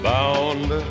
Bound